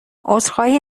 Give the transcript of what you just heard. عذرخواهی